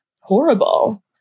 horrible